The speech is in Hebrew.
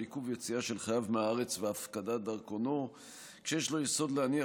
עיכוב יציאה של חייב מהארץ והפקדת דרכונו כשיש לו יסוד להניח